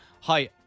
hi